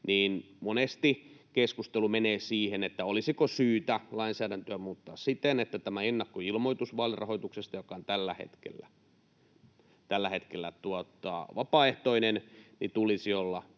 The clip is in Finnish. monesti keskustelu on mennyt siihen, olisiko syytä lainsäädäntöä muuttaa siten, että tämän ennakkoilmoituksen vaalirahoituksesta, joka on tällä hetkellä vapaaehtoinen, tulisi olla